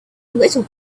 little